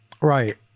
Right